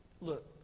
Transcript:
Look